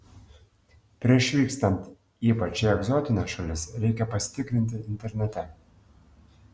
prieš vykstant ypač į egzotines šalis reikia pasitikrinti internete